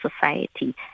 society